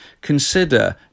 consider